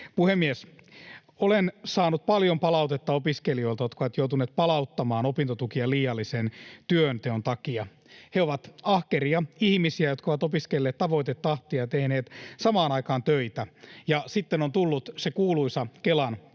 Puhemies! Olen saanut paljon palautetta opiskelijoilta, jotka ovat joutuneet palauttamaan opintotukia liiallisen työnteon takia. He ovat ahkeria ihmisiä, jotka ovat opiskelleet tavoitetahtia ja tehneet samaan aikaan töitä, ja sitten on tullut se kuuluisa Kelan